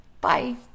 Bye